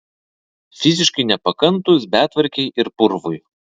fiziškai nepakantūs betvarkei ir purvui